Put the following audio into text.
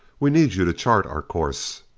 we need you to chart our course.